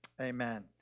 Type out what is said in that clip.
Amen